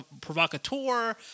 provocateur